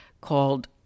called